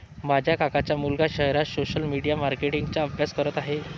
माझ्या काकांचा मुलगा शहरात सोशल मीडिया मार्केटिंग चा अभ्यास करत आहे